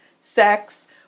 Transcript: sex